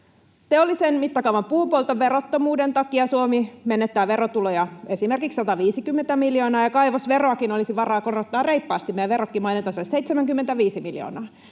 Teollisen mittakaavan puunpolton verottomuuden takia Suomi menettää verotuloja esimerkiksi 150 miljoonaa, ja kaivosveroakin olisi varaa korottaa reippaasti meidän verrokkimaiden tasolle, 75 miljoonaa.